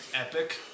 epic